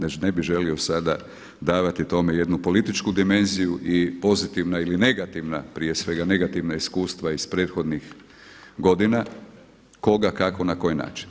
Ne bih želio sada davati tome jednu političku dimenziju i pozitivna ili negativna prije svega, negativna iskustva iz prethodnih godina koga, kako, na koji način.